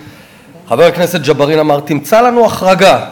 חבר הכנסת ג'בארין אמר: תמצא לנו החרגה,